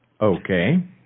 okay